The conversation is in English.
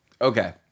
okay